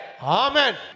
Amen